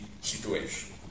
situation